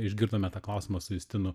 išgirdome tą klausimą su justinu